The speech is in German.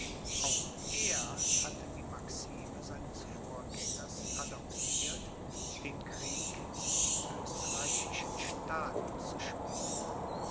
auch er hatte die maxime seines vorgängers adoptiert den krieg in die österreichischen staaten zu spielen